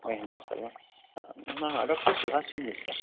महेन्द्रशर्मा हा हा डाक्टर् सुभाषचन्द्रमिश्रा